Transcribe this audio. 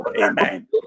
amen